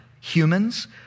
humans